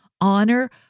honor